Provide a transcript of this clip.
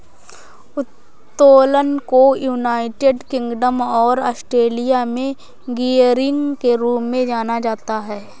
उत्तोलन को United Kingdom और ऑस्ट्रेलिया में गियरिंग के रूप में जाना जाता है